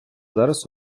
зараз